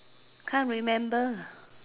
can't remember